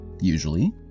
usually